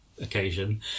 occasion